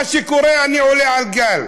מה שקורה, אני עולה על הגל.